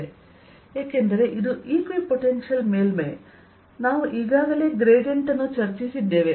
Ezq4π0z z0s2z z0232 zz0s2z z0232 ಏಕೆಂದರೆ ಇದು equipotential ಮೇಲ್ಮೈ ನಾವು ಈಗಾಗಲೇ ಗ್ರೇಡಿಯಂಟ್ ಅನ್ನು ಚರ್ಚಿಸಿದ್ದೇವೆ